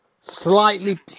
Slightly